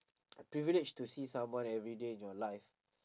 privilege to see someone everyday in your life